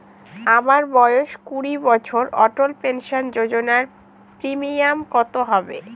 আমার বয়স কুড়ি বছর অটল পেনসন যোজনার প্রিমিয়াম কত হবে?